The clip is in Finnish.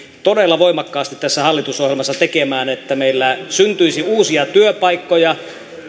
todella voimakkaasti tässä hallitusohjelmassa tekemään että meillä syntyisi uusia työpaikkoja